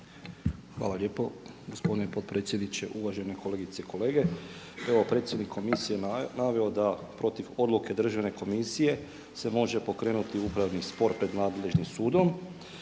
Hvala lijepo gospodine potpredsjedniče, uvažene kolegice i kolege. Evo predsjednik Komisije je naveo da protiv odluke Državne komisije se može pokrenuti upravni spor pred nadležnim sudom